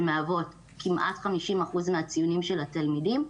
שמהוות כמעט 50% מהציונים של התלמידים,